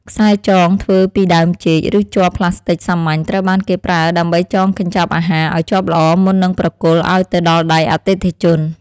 ខ្សែចងធ្វើពីដើមចេក ឬជ័រផ្លាស្ទិចសាមញ្ញត្រូវបានគេប្រើដើម្បីចងកញ្ចប់អាហារឱ្យជាប់ល្អមុននឹងប្រគល់ឱ្យទៅដល់ដៃអតិថិជន។